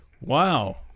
wow